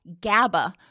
GABA